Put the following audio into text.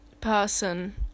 person